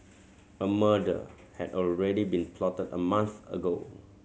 a murder had already been plotted a month ago